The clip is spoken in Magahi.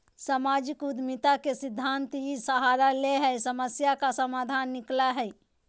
सामाजिक उद्यमिता के सिद्धान्त इ सहारा ले हइ समस्या का समाधान निकलैय हइ